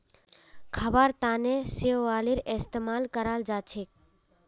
खाबार तनों शैवालेर इस्तेमाल कराल जाछेक